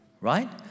right